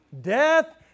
death